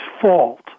fault